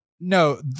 no